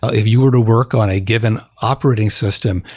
if you were to work on a given operating system,